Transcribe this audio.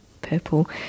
purple